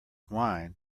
wine